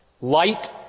light